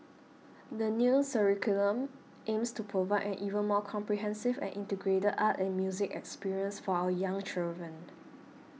the new curriculum aims to provide an even more comprehensive and integrated art and music experience for our young children